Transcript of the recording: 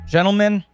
Gentlemen